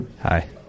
Hi